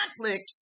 conflict